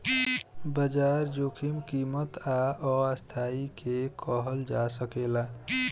बाजार जोखिम कीमत आ अस्थिरता के कहल जा सकेला